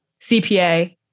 CPA